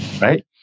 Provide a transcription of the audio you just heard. Right